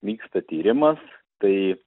vyksta tyrimas tai